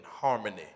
harmony